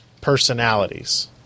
personalities